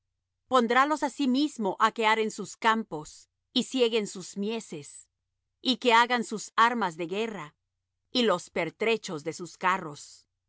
cincuenta pondrálos asimismo á que aren sus campos y sieguen sus mieses y á que hagan sus armas de guerra y los pertrechos de sus carros